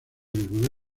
mismo